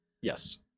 Yes